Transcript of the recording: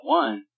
one